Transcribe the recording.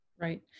Right